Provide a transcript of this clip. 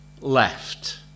left